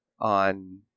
on